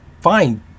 fine